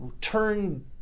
turn